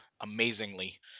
amazingly